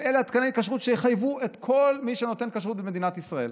ואלה תקני הכשרות שיחייבו את כל מי שנותן כשרות במדינת ישראל.